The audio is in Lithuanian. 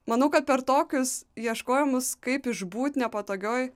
manau kad per tokius ieškojimus kaip išbūt nepatogioj